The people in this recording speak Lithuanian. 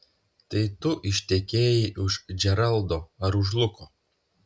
tai tu ištekėjai už džeraldo ar už luko